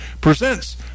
presents